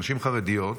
נשים חרדיות,